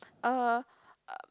uh